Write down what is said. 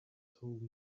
told